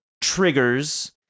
triggers